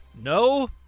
no